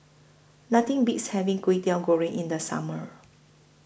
Nothing Beats having Kwetiau Goreng in The Summer